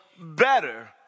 better